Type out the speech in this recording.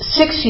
six